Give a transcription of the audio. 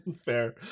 fair